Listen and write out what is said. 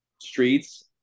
streets